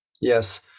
Yes